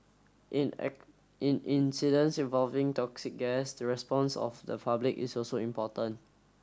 in at in incidents involving toxic gas the response of the public is also important